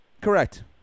Correct